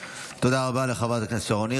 תודה רבה לחברת הכנסת שרון ניר.